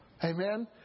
Amen